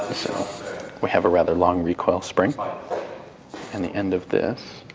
so we have a rather long recoil spring, but and the end of this